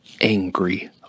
Angry